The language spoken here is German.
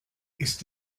ist